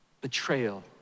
betrayal